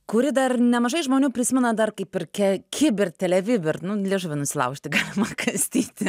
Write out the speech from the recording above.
kurį dar nemažai žmonių prisimena dar kaip ir ke kibir tele vibir liežuvį nusilaužti galima kastyti